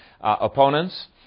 opponents